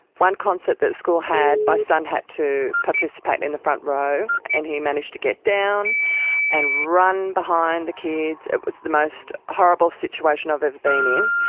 one concert the school had, my son had to participate in the front row, and he managed to get down and run behind the kids, it was the most horrible situation i've ever been in.